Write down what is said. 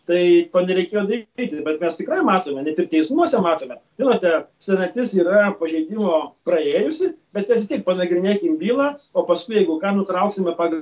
tai ko nereikėjo daryti bet mes tikrai matome net ir teismuose matote žinote senatis yra pažeidimo praėjusi bet mes vis tiek panagrinėkim bylą o paskui jeigu ką nutrauksime pagal